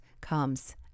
comes